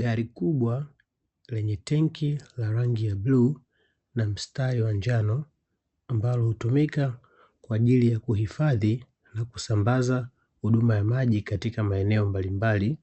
Gari kubwa lenye tenki la rangi ya bluu la mstari wa njano ambalo hutumika kwa ajili ya kuhifadhi na kusambaza huduma ya maji katika maeneo mbalimbali